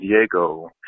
Diego